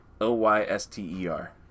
O-Y-S-T-E-R